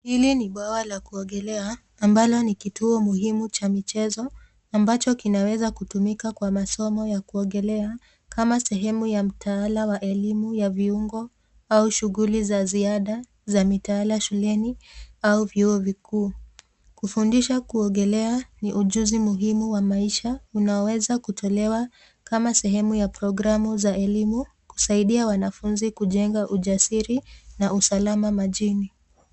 Hili ni bwawa la kuogelea ambalo ni kituo muhimu cha michezo ambacho kinaweza kutumika kwa masomo ya kuogelea kama sehemu ya mtaala wa elimu ya viungo au shughuli za ziada za mitaala shuleni au vyuo vikuu. Kufundisha kuogelea ni ujuzi muhimu wa maisha unaoweza kutolewa kama sehemu ya programu za elimu kusaidia wanafunzi kujenga ujasiri na usalama majini.